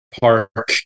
park